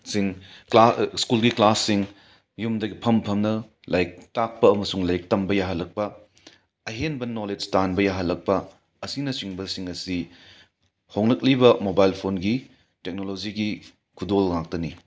ꯁꯤꯡ ꯀ꯭ꯂꯥ ꯁ꯭ꯀꯨꯜꯒꯤ ꯀ꯭ꯂꯥꯁꯁꯤꯡ ꯌꯨꯝꯗ ꯐꯝ ꯐꯝꯅ ꯂꯥꯏꯔꯤꯛ ꯇꯥꯛꯄ ꯑꯃꯁꯨꯡ ꯂꯥꯏꯔꯤꯛ ꯇꯝꯕ ꯌꯥꯍꯜꯂꯛꯄ ꯑꯍꯦꯟꯕ ꯅꯣꯂꯦꯖ ꯇꯥꯟꯕ ꯌꯥꯍꯜꯂꯛꯄ ꯑꯁꯤꯅꯆꯤꯡꯕꯁꯤꯡ ꯑꯁꯤ ꯍꯣꯡꯂꯛꯂꯤꯕ ꯃꯣꯕꯥꯏꯜ ꯐꯣꯟꯒꯤ ꯇꯦꯛꯅꯣꯂꯣꯖꯤꯒꯤ ꯈꯨꯗꯣꯜ ꯉꯥꯛꯇꯅꯤ